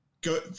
go